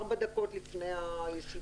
ארבע דקות לפני הישיבה.